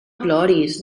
ploris